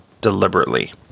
deliberately